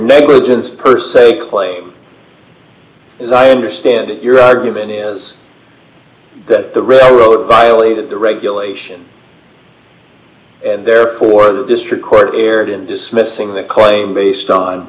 negligence per se claim as i understand it your argument is that the railroad violated the regulation and therefore the district court erred in dismissing the claim based on